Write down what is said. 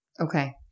Okay